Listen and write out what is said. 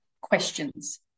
questions